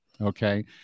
Okay